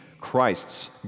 Christ's